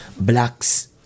Blacks